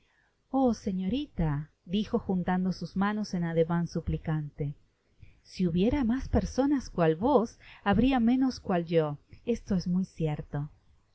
oh señorila dijo juntando sus manos en ademan suplicante si hubiera mas personas cual vos habria menos cual o esto es muy cierto